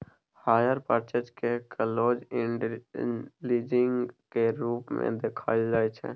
hire purchase केँ close end leasing केर रूप मे देखाएल जाइ छै